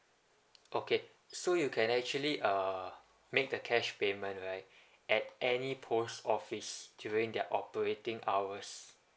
okay so you can actually uh make the cash payment right at any post office during their operating hours